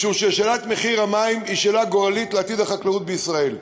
משום ששאלת מחיר המים היא שאלה גורלית לעתיד החקלאות בישראל.